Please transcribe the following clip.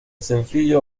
sencillo